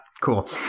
cool